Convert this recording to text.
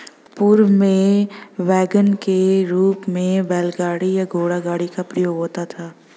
पूर्व में वैगन के रूप में बैलगाड़ी या घोड़ागाड़ी का प्रयोग होता था